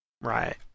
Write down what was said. Right